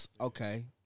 Okay